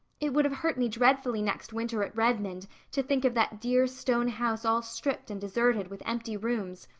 it would have hurt me dreadfully next winter at redmond to think of that dear stone house all stripped and deserted, with empty rooms.